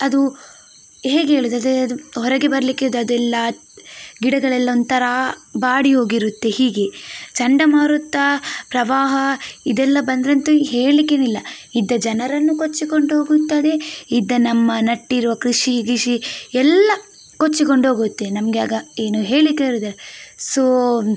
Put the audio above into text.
ಅದು ಹೇಗೆ ಹೇಳೋದು ಅದೇ ಅದು ಹೊರಗೆ ಬರಲಿಕ್ಕೆ ಅದು ಅದೆಲ್ಲ ಗಿಡಗಳೆಲ್ಲ ಒಂಥರ ಬಾಡಿ ಹೋಗಿರುತ್ತೆ ಹೀಗೆ ಚಂಡಮಾರುತ ಪ್ರವಾಹ ಇದೆಲ್ಲ ಬಂದರೆ ಅಂತೂ ಹೆಳ್ಳಿಕ್ಕೇನೆ ಇಲ್ಲ ಇದ್ದ ಜನರನ್ನೂ ಕೊಚ್ಚಿಕೊಂಡು ಹೋಗುತ್ತದೆ ಇದ್ದ ನಮ್ಮ ನೆಟ್ಟಿರುವ ಕೃಷಿ ಗಿಷಿ ಎಲ್ಲ ಕೊಚ್ಚಿಕೊಂಡು ಹೋಗುತ್ತೆ ನಮಗೆ ಆಗ ಏನೂ ಹೇಳಲಿಕ್ಕೆ ಇರುವುದಿಲ್ಲ ಸೊ